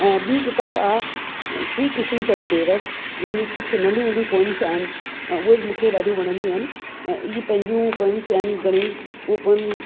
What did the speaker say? ऐं ॿीं किताबु आहे श्री किशिनचंद बेवस जिनि जूं कुझु नंढियूं नंढियूं पोयम्स आहिनि उहे बि मूंखे ॾाढियूं वणंदियूं आहिनि ऐं इअं पंहिंजूं पोयम्स आहिनि घणेई उहो पोयम